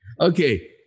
Okay